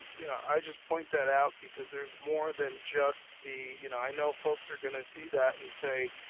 you know, i just point that out because there's more than just the, you know, i know folks are gonna see that and say,